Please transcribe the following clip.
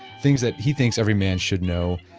things that he thinks every man should know,